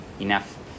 enough